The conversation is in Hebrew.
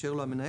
אישר לו המנהל,